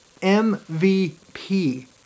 MVP